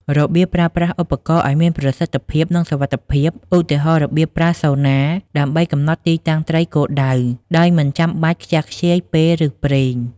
របៀបប្រើប្រាស់ឧបករណ៍ឱ្យមានប្រសិទ្ធភាព និងសុវត្ថិភាព ឧទាហរណ៍ របៀបប្រើ Sonar ដើម្បីកំណត់ទីតាំងត្រីគោលដៅ ដោយមិនចាំបាច់ខ្ជះខ្ជាយពេល ឬប្រេង។